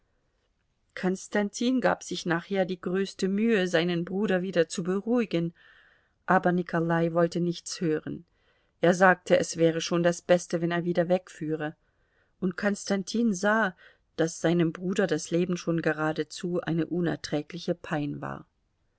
konstantin gab sich nachher die größte mühe seinen bruder wieder zu beruhigen aber nikolai wollte nichts hören er sagte es wäre schon das beste wenn er wieder wegführe und konstantin sah daß seinem bruder das leben schon geradezu eine unerträgliche pein war